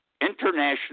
international